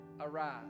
arise